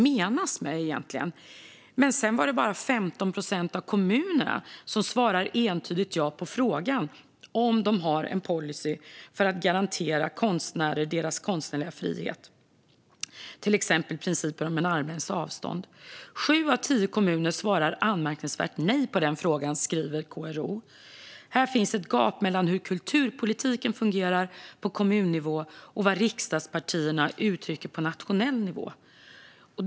Men det var bara 15 procent av kommunerna som svarade entydigt ja på frågan om de har en policy för att garantera konstnärer deras konstnärliga frihet, till exempel principen om en armlängds avstånd. Sju av tio kommuner svarade anmärkningsvärt nog nej på den frågan, skriver KRO. Här finns ett gap mellan hur kulturpolitiken fungerar på kommunnivå och vad riksdagspartierna uttrycker på nationell nivå.